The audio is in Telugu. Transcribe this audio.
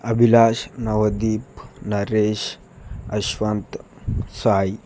అభిలాష్ నవదీప్ నరేష్ యశ్వంత్ సాయి